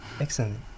Excellent